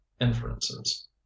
inferences